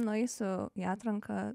nueisiu į atranką